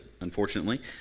unfortunately